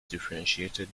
differentiated